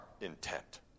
intent